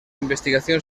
investigación